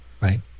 Right